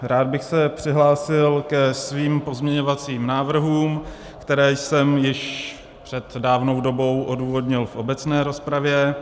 Rád bych se přihlásil ke svým pozměňovacím návrhům, které jsem již před dávnou dobou odůvodnil v obecné rozpravě.